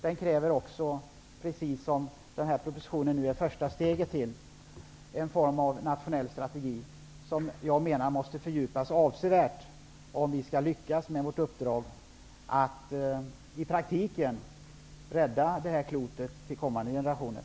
Den kräver också, som den här propositionen är första steget till, någon form av nationell strategi, som måste fördjupas avsevärt om vi skall lyckas med vårt uppdrag att i praktiken rädda det här klotet till kommande generationer.